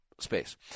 space